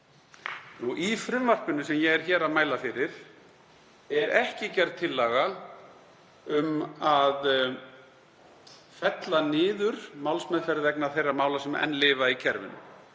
Í frumvarpinu sem ég er hér að mæla fyrir er ekki gerð tillaga um að fella niður málsmeðferð vegna þeirra mála sem enn lifa í kerfinu.